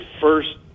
first